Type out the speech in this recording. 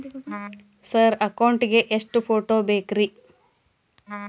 Sir account ಗೇ ಎಷ್ಟು photo ಬೇಕ್ರಿ?